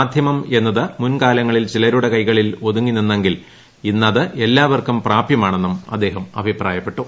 മാധ്യമം എന്നത് മുൻകാലങ്ങളിൽ ചിലരുടെ കൈകളിൽ ഒതുങ്ങിനിന്നെങ്കിൽ ഇന്ന് അത് എല്ലാവർക്കും പ്രാപ്യമാണെന്നും അദ്ദേഹം അഭിപ്രായപ്പെട്ടു